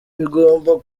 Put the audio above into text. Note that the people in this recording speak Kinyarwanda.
bigomba